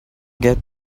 get